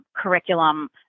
curriculum